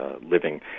living